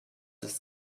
ist